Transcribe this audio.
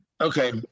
Okay